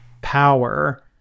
power